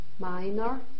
Minor